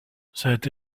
cette